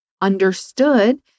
understood